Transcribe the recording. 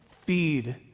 Feed